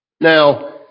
Now